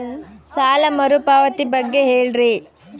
ಸಾಲ ಮರುಪಾವತಿ ಬಗ್ಗೆ ಹೇಳ್ರಿ?